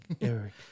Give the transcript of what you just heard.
Eric